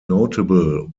notable